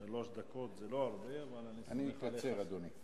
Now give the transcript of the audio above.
שלוש דקות זה לא הרבה, אבל אני סומך עליך, אדוני.